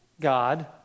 God